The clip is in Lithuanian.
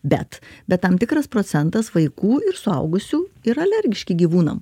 bet bet tam tikras procentas vaikų ir suaugusių yra alergiški gyvūnam